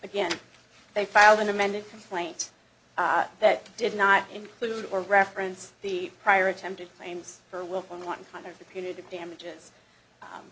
again they file an amended complaint that did not include or reference the prior attempted claims or